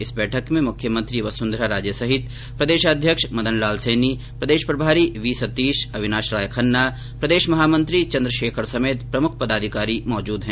इस बैठक में मुख्यमंत्री वसुंधरा राजे सहित प्रदेशाध्यक्ष मनल लाल सैनी प्रदेश प्रभारी वी सतीश अविनाश राय खन्ना प्रदेश महामंत्री चन्द्र शेखर समेत प्रमुख पदाधिकारी मौजूद है